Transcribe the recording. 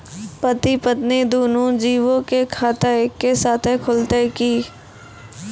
पति पत्नी दुनहु जीबो के खाता एक्के साथै खुलते की?